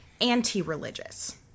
anti-religious